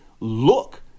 look